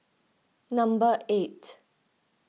number eight